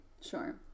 Sure